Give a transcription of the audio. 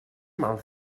mal